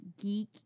geek